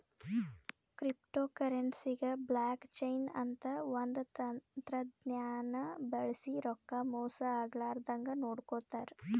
ಕ್ರಿಪ್ಟೋಕರೆನ್ಸಿಗ್ blockchain ಅಂತ್ ಒಂದ್ ತಂತಜ್ಞಾನ್ ಬಳ್ಸಿ ರೊಕ್ಕಾ ಮೋಸ್ ಆಗ್ಲರದಂಗ್ ನೋಡ್ಕೋತಾರ್